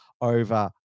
over